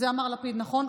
את זה אמר לפיד, נכון?